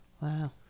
Wow